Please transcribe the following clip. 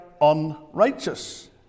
unrighteous